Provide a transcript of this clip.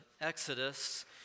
Exodus